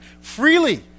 Freely